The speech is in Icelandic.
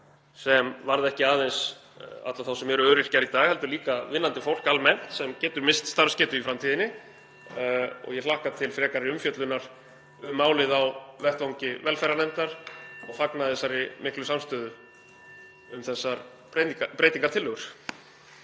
sem varða ekki aðeins alla þá sem eru öryrkjar í dag heldur líka vinnandi fólk almennt (Forseti hringir.) sem getur misst starfsgetu í framtíðinni. Ég hlakka til frekari umfjöllunar um málið á vettvangi velferðarnefndar og fagna þessari miklu samstöðu um þessar breytingartillögur.